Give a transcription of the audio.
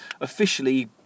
officially